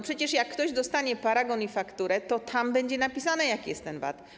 Przecież jak ktoś dostanie paragon i fakturę, to tam będzie napisane, jaki jest ten VAT.